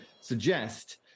suggest